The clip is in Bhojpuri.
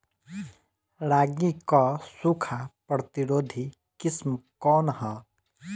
रागी क सूखा प्रतिरोधी किस्म कौन ह?